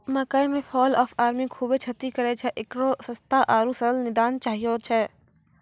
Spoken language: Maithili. मकई मे फॉल ऑफ आर्मी खूबे क्षति करेय छैय, इकरो सस्ता आरु सरल निदान चाहियो छैय?